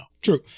True